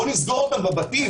נסגור אותם בבתים.